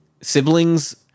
siblings